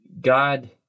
God